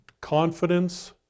Confidence